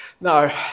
No